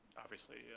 obviously,